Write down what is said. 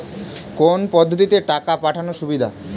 কোন পদ্ধতিতে টাকা পাঠানো সুবিধা?